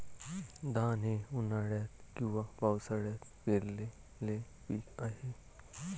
धान हे उन्हाळ्यात किंवा पावसाळ्यात पेरलेले पीक आहे